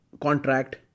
contract